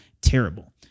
terrible